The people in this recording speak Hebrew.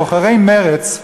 בוחרי מרצ,